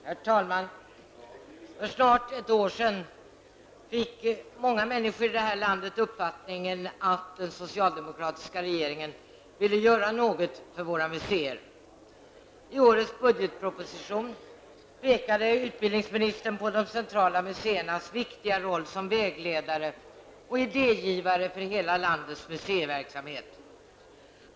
Herr talman! För snart ett år sedan fick många människor i detta land uppfattningen att den socialdemokratiska regeringen ville göra något för våra museer. I årets budgetproposition pekade utbildningsministern på de centrala museernas viktiga roll som vägledare och idégivare för hela landets museiverksamhet.